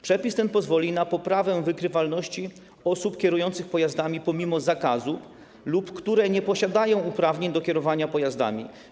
Przepis ten pozwoli na poprawę wykrywalności osób, które kierują pojazdami pomimo zakazu lub które nie posiadają uprawnień do kierowania pojazdami.